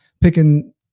picking